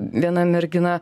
viena mergina